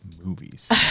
movies